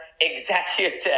executive